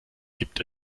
gibt